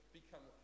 become